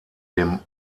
dem